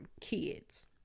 kids